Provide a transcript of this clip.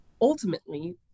ultimately